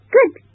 Good